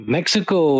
Mexico